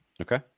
Okay